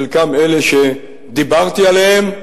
חלקם אלה שדיברתי עליהם,